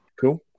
Cool